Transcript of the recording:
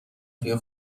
توی